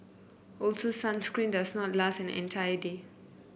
also sunscreen does not last an entire day